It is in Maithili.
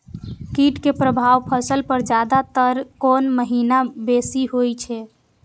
कीट के प्रभाव फसल पर ज्यादा तर कोन महीना बेसी होई छै?